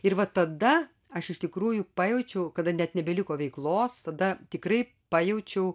ir va tada aš iš tikrųjų pajaučiau kada net nebeliko veiklos tada tikrai pajaučiau